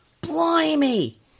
Blimey